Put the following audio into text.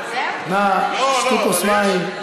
תודה, תודה לכולם.